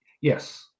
Yes